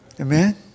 Amen